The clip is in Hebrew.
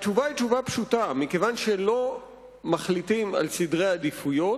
התשובה היא תשובה פשוטה: מכיוון שמחליטים על סדרי עדיפויות,